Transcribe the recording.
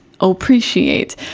appreciate